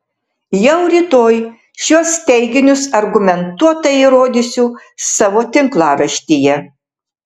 jau rytoj šiuos teiginius argumentuotai įrodysiu savo tinklaraštyje